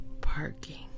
parking